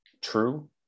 true